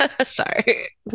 Sorry